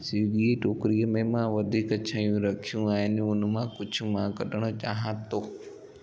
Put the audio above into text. सीधेजी टोकरीअ में मां वधीक शयूं रखियूं आहिनि हुन मां मां कुझु कढणु चाहियां थो